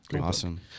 Awesome